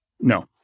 No